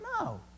No